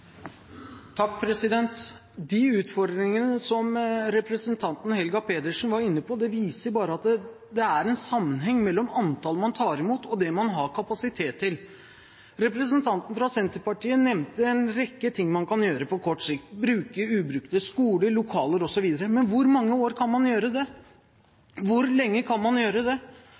De utfordringene som representanten Helga Pedersen var inne på, viser at det er en sammenheng mellom antallet man tar imot, og det man har kapasitet til. Representanten fra Senterpartiet nevnte en rekke ting man kan gjøre på kort sikt: bruke ubrukte skoler, lokaler osv., men hvor mange år kan man gjøre det?